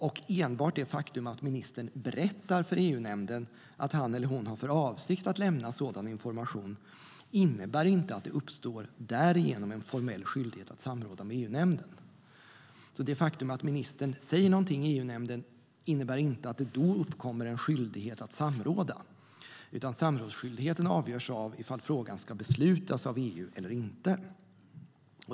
Och enbart det faktum att ministern berättar för EU-nämnden att han eller hon har för avsikt att lämna sådan information innebär inte att det därigenom uppstår en formell skyldighet att samråda med EU-nämnden. Det faktum att ministern säger någonting i EU-nämnden innebär inte att det då uppkommer en skyldighet att samråda, utan samrådsskyldigheten avgörs av ifall frågan ska beslutas av EU eller inte.